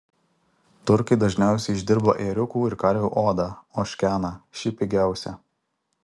turkai dažniausiai išdirba ėriukų ir karvių odą ožkeną ši pigiausia